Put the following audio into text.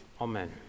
Amen